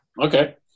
Okay